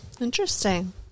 Interesting